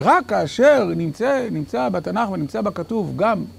רק כאשר נמצא בתנ״ך ונמצא בכתוב גם